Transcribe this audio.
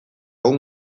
egun